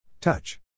Touch